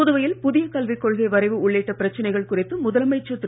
புதுவையில் புதிய கல்விக் கொள்கை வரைவு உள்ளிட்ட பிரச்சனைகள் குறித்து முதலமைச்சர் திரு